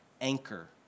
anchor